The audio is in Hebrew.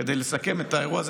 כדי לסכם את האירוע הזה,